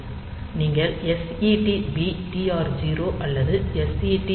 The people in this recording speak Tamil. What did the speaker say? நீங்கள் SETB TR 0 அல்லது SETB TCON